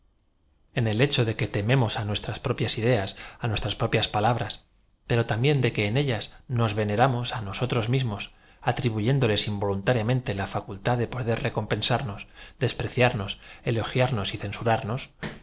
e l hecho de que tememos á nuestras pro pías ideas á nuestras propias palabras pero también de que en ellas nos veneramos á nosotros mismos atribuyéndoles involuntariamente la facultad de po der recompensarnos despreciarnos elogiam os y cen